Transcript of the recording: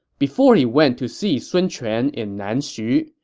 before he went to see sun quan in nanxu,